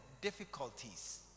difficulties